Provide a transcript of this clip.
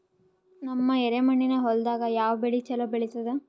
ನಮ್ಮ ಎರೆಮಣ್ಣಿನ ಹೊಲದಾಗ ಯಾವ ಬೆಳಿ ಚಲೋ ಬೆಳಿತದ?